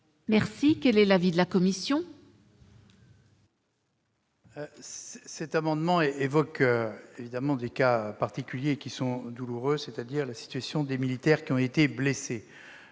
Quel est l'avis de la commission ?